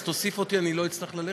אז תוסיף אותי כדי שלא אצטרך ללכת,